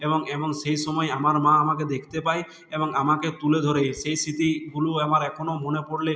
এবং এবং সেই সময় আমার মা আমাকে দেখতে পায় এবং আমাকে তুলে ধরে সেই স্মৃতি আমার এখনও মনে পড়লে